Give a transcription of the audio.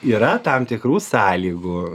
yra tam tikrų sąlygų